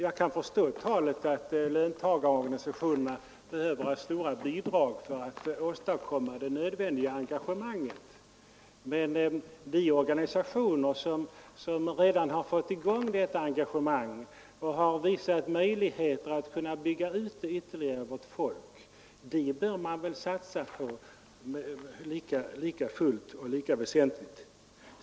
Jag kan förstå talet om att löntagarorganisationerna behöver stora bidrag för att åstadkomma det nödvändiga engagemanget. Men de organisationer som redan har fått i gång detta engagemang och visat möjligheter att bygga ut det ytterligare bör man väl satsa på likafullt. Det bör vara lika väsentligt.